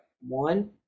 one